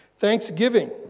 Thanksgiving